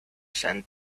sand